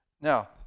Now